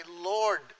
Lord